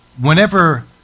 whenever